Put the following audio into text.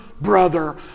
brother